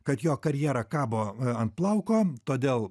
kad jo karjera kabo ant plauko todėl